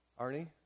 Arnie